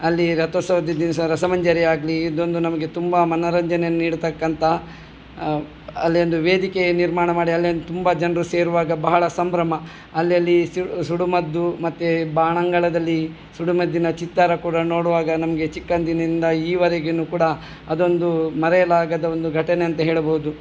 ಅಲ್ಲಿ ರಥೋತ್ಸವದ ದಿವಸ ರಸಮಂಜರಿಯಾಗಲಿ ಇದೊಂದು ನಮಗೆ ತುಂಬ ಮನೋರಂಜನೆಯನ್ನು ನೀಡ್ತಕ್ಕಂಥ ಅಲ್ಲಿ ಒಂದು ವೇದಿಕೆ ನಿರ್ಮಾಣ ಮಾಡಿ ಅಲ್ಲಿ ಒಂದು ತುಂಬ ಜನರು ಸೇರುವಾಗ ಬಹಳ ಸಂಭ್ರಮ ಅಲ್ಲಲ್ಲಿ ಸುಡುಮದ್ದು ಮತ್ತೆ ಬಾನಂಗಳದಲ್ಲಿ ಸುಡುಮದ್ದಿನ ಚಿತ್ತಾರ ಕೂಡ ನೋಡುವಾಗ ನಮಗೆ ಚಿಕ್ಕಂದಿನಿಂದ ಈವರೆಗಿನ ಕೂಡ ಅದೊಂದೂ ಮರೆಯಲಾಗದ ಒಂದು ಘಟನೆಯಂತ ಹೇಳಬಹುದು